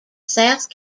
south